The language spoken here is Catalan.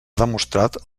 demostrat